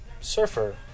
surfer